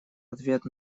ответ